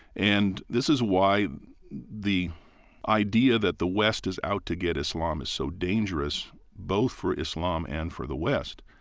and this is why the idea that the west is out to get islam is so dangerous, both for islam and for the west,